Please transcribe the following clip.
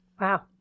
Wow